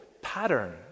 pattern